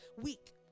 week